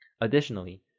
Additionally